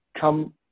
come